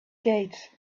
gates